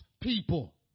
people